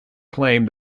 claimed